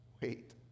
Wait